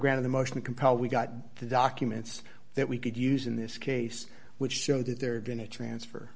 granted the motion to compel we got the documents that we could use in this case which showed that they're going to transfer